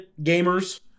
gamers